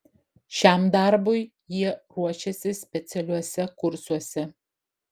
šiam darbui jie ruošiasi specialiuose kursuose